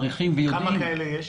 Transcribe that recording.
כמה כאלה יש?